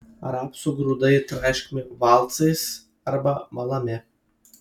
rapsų grūdai traiškomi valcais arba malami